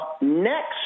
next